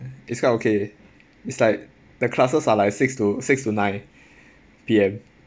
it's quite okay it's like the classes are like six to six to nine P_M